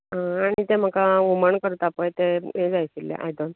आनी तें म्हाका हूमण करता पळय तें हें जाय आशिल्लें आयदन